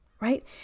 right